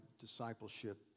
discipleship